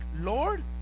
Lord